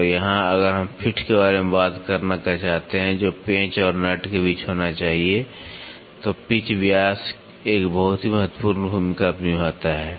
और यहां अगर हम फिट के बारे में बात करना चाहते हैं जो पेंच और नट के बीच होना है तो पिच व्यास एक बहुत ही महत्वपूर्ण भूमिका निभाता है